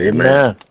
Amen